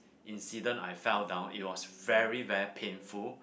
incident I fell down it was very very painful